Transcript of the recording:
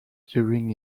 during